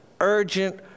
urgent